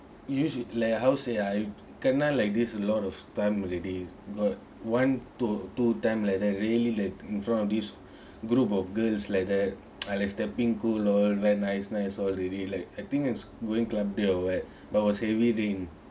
usually like how to say I kena like this a lot of time already got one to two time like that really like in front of this group of girls like that I like stepping cool all wear nice nice already like I think it's going club there or what but was heavy rain